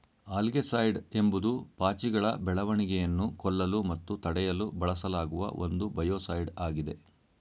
algaecide ಎಂಬುದು ಪಾಚಿಗಳ ಬೆಳವಣಿಗೆಯನ್ನು ಕೊಲ್ಲಲು ಮತ್ತು ತಡೆಯಲು ಬಳಸಲಾಗುವ ಒಂದು ಬಯೋಸೈಡ್ ಆಗಿದೆ